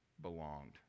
belonged